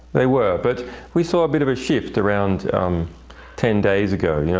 they were. but we saw a bit of a shift around ten days ago. yeah